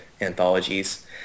anthologies